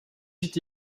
huit